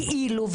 כאילו,